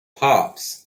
pops